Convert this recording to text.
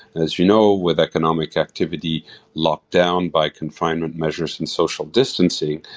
as you know, with economic activity locked down by confinement measures and social distancing,